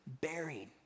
buried